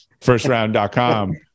firstround.com